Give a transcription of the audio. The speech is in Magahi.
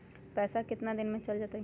पैसा कितना दिन में चल जतई?